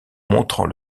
montrant